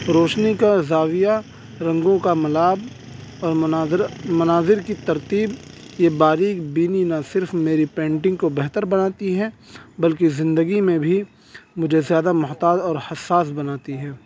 روشنی کا زاویہ رنگوں کا ملال اور مناظر مناظر کی ترتیب یہ باریک بینی نہ صرف میری پینٹنگ کو بہتر بناتی ہیں بلکہ زندگی میں بھی مجھے زیادہ محتاط اور حساس بناتی ہیں